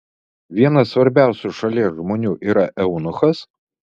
vienas svarbiausių šalies žmonių yra eunuchas